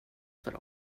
för